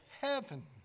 heaven